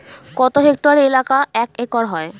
কত হেক্টর এলাকা এক একর হয়?